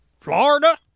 Florida